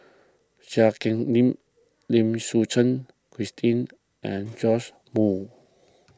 Cheang Hong Lim Lim Suchen Christine and Joash Moo